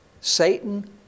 Satan